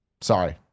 Sorry